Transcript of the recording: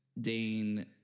Dane